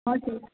हजुर